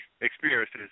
experiences